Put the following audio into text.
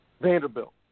Vanderbilt